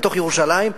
בתוך ירושלים,